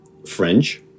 French